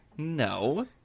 No